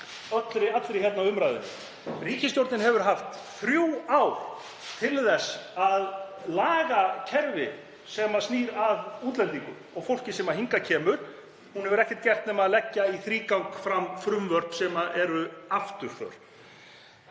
saman allri umræðu. Ríkisstjórnin hefur haft þrjú ár til þess að laga kerfið sem snýr að útlendingum og fólki sem hingað kemur. Hún hefur ekkert gert nema að leggja í þrígang fram frumvörp sem eru afturför.